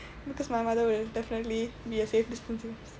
because my mother will definitely be a safe distance office